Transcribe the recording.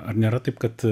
ar nėra taip kad